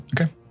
Okay